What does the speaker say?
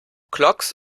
clogs